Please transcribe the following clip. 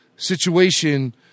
Situation